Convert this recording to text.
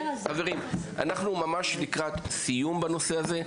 חברים, אנחנו ממש לקראת סיום בנושא הזה.